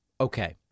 okay